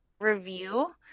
review